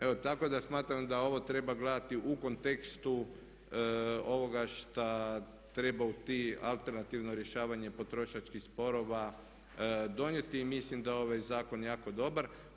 Evo, tako da smatram da ovo treba gledat u kontekstu ovoga šta trebaju to alternativno rješavanje potrošačkih sporova donijeti i mislim da je ovaj zakon jako dobar.